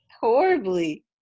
horribly